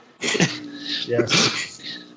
Yes